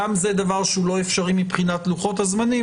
גם זה דבר שאינו אפשרי מבחינת לוחות הזמנים